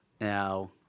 Now